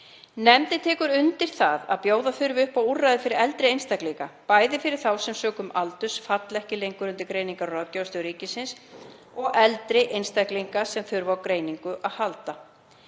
Nefndin tekur undir það að bjóða þurfi upp á úrræði fyrir eldri einstaklinga, bæði fyrir þá sem sökum aldurs falla ekki lengur undir Greiningar- og ráðgjafarstöð ríkisins og eldri einstaklinga sem þurfa á greiningu að halda.